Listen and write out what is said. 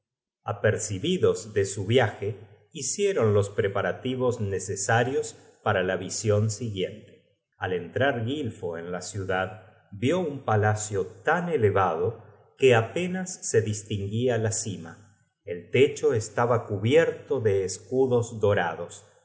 apercibidos de su viaje hicieron los preparativos necesarios para la vision siguiente al entrar gilfo en la ciudad vió un palacio tan elevado que apenas se distinguia la cima el techo estaba cubierto de escudos dorados